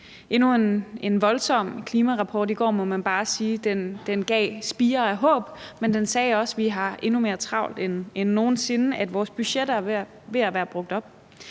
endnu en voldsom klimarapport i går, må man bare sige. Den gav spirer af håb, men den sagde også, at vi har endnu mere travlt end nogen sinde – at vores budgetter er ved at være brugt op.